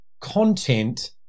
content